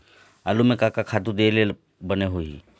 आलू म का का खातू दे ले बने होही?